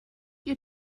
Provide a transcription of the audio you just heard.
your